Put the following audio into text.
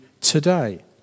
today